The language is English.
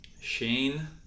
Shane